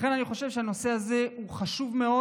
לכן, אני חושב שהנושא הזה חשוב מאוד.